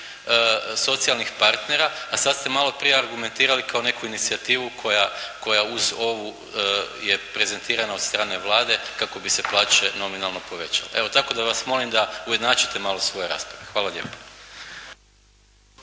socijalnih partnera, a sad ste malo prije argumentirali kao neku inicijativu koja uz ovu je prezentirana od strane Vlade kako bi se plaće nominalno povećale. Evo, tako da vas molim da ujednačite malo svoje rasprave. Hvala lijepo.